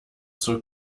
zur